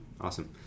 Awesome